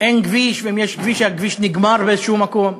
אין כביש, ואם יש כביש, הכביש נגמר באיזה מקום.